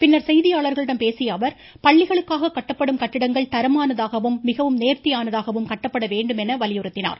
பின்னர் செய்தியாளர்களிடம் பேசிய அவர் பள்ளிகளுக்காக கட்டப்படும் கட்டடங்கள் தரமானதாகவும் மிகவும் நேர்த்தியானதாகவும் கட்டப்பட வேண்டும் எனவும் வலியுறுத்தினார்